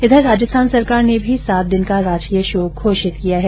इधर राजस्थान सरकार ने भी सात दिन का राजकीय शोक घोषित किया है